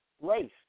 race